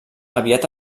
aviat